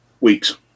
Weeks